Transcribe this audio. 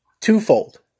twofold